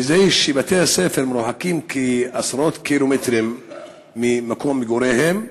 מכיוון שבתי-הספר מרוחקים עשרות קילומטרים ממקום מגוריהן,